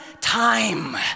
time